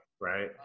right